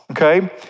okay